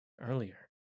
earlier